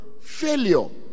failure